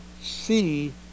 see